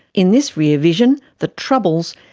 in this rear vision, the troubles,